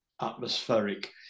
atmospheric